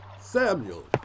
Samuel